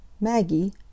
Maggie